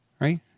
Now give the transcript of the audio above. Right